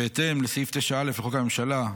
בהתאם לסעיף 9(א) לחוק הממשלה,